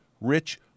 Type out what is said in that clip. rich